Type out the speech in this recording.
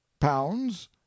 pounds